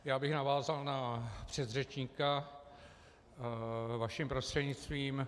Já bych navázal na předřečníka vaším prostřednictvím.